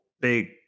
big